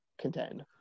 contend